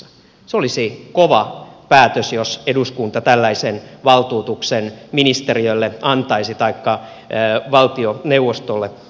se olisi kova päätös jos eduskunta tällaisen valtuutuksen ministeriölle taikka valtioneuvostolle antaisi